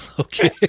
okay